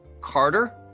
Carter